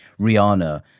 Rihanna